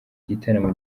gitaramo